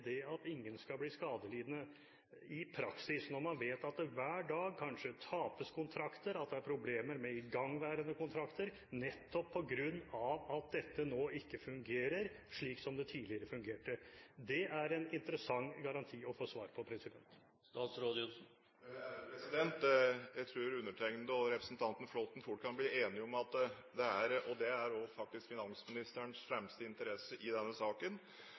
det at ingen skal bli skadelidende, når man vet at det hver dag kanskje tapes kontrakter, og at det er problemer med igangværende kontrakter, nettopp på grunn av at dette nå ikke fungerer slik som det tidligere fungerte? Det er en interessant garanti å få svar på. Jeg tror undertegnede og representanten Flåtten fort kan bli enige om at norske eksportvirksomheter skal ha – og det er også faktisk finansministerens fremste interesse i denne saken